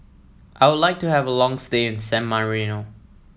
I would like to have a long stay in San Marino